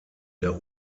der